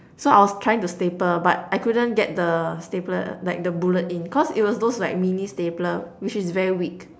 so I was trying to staple but I couldn't get the stapler like the bullet in cause it was those like mini stapler which is very weak